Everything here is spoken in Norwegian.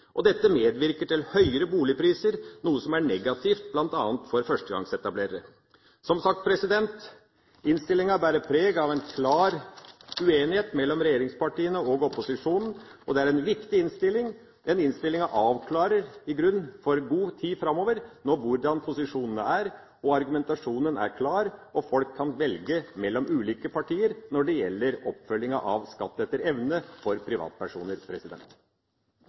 og dette medvirker til høyere boligpriser, noe som er negativt bl.a. for førstegangsetablerere. Som sagt, innstillinga bærer preg av en klar uenighet mellom regjeringspartiene og opposisjonen. Det er en viktig innstilling. Den avklarer i grunnen for en god tid framover hvordan posisjonene er. Argumentasjonen er klar, og folk kan velge mellom ulike partier når det gjelder oppfølginga av skatt etter evne for privatpersoner.